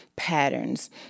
patterns